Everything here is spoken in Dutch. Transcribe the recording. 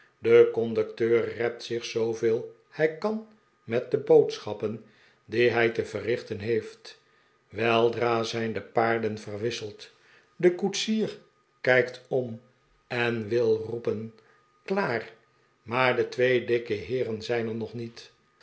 de conducteur rept zich zooveel hij kan met de boodschappen die hij te verrichten heeft weldra zijn de paarden verwisseld de pickwick club de koetsier kijkt om en wil roepen klaar maar de twee dikke heeren zijn er nog niet